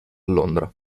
londra